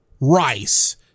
rice